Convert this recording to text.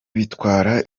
bitwara